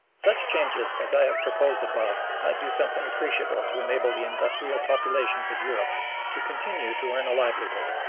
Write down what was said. such changes as i have proposed above might do something appreciable to enable the industrial populations of europe to continue to earn a livelihood.